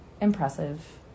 impressive